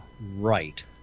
right